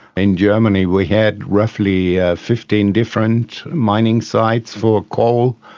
in germany we had roughly ah fifteen different mining sites for coal.